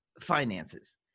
finances